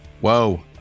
Whoa